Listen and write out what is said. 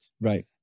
Right